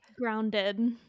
grounded